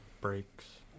breaks